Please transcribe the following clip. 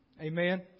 Amen